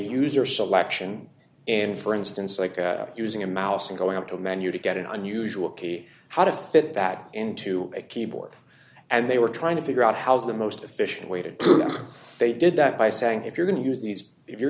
user selection and for instance like using a mouse and going to a menu to get an unusual case how to fit that into a keyboard and they were trying to figure out how's the most efficient way to do they did that by saying if you're going to use these if you're